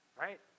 right